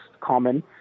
common